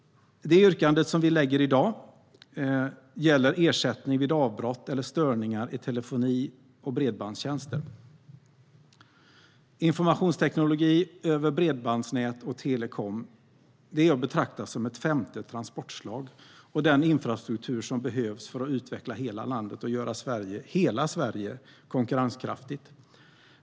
Det yrkande som vi har i dag gäller ersättning vid avbrott eller störningar i telefoni och bredbandstjänster. Informationsteknik över bredbandsnät och telekom är att betrakta som ett femte transportslag. Det är en infrastruktur som behövs för att utveckla hela landet och göra Sverige - hela Sverige! - konkurrenskraftigt.